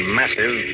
massive